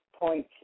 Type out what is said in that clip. point